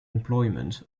employment